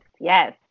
yes